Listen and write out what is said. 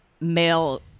male